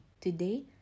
Today